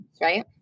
right